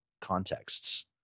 contexts